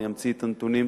אני אמציא את הנתונים